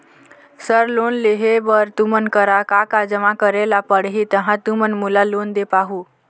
Sir loan लेहे बर तुमन करा का का जमा करें ला पड़ही तहाँ तुमन मोला लोन दे पाहुं?